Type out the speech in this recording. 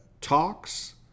talks